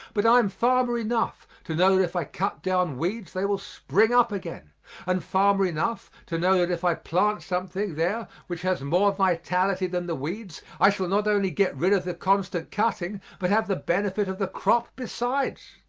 but i am farmer enough to know that if i cut down weeds they will spring up again and farmer enough to know that if i plant something there which has more vitality than the weeds i shall not only get rid of the constant cutting, but have the benefit of the crop besides.